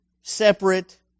separate